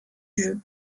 jeu